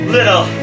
Little